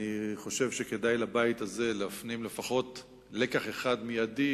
אני חושב שכדאי לבית הזה להפנים לפחות לקח אחד מיידי,